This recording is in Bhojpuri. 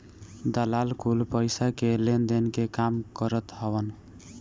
दलाल कुल पईसा के लेनदेन के काम करत हवन